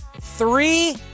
three